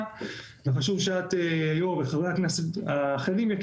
וחשוב שאת יושבת ראש הוועדה וחברי הכנסת תכירו.